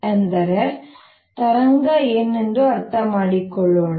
ಆದ್ದರಿಂದ ತರಂಗ ಏನೆಂದು ಅರ್ಥಮಾಡಿಕೊಳ್ಳೋಣ